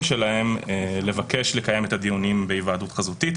שלהם לבקש לקיים את הדיונים בהיוועדות חזותית.